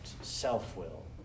self-will